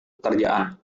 pekerjaan